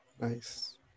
Nice